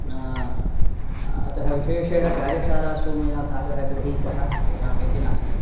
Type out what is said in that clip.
अतः विशेषेण कार्यशालासु मया भागः गृहीतः इति नास्ति